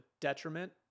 detriment